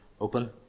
open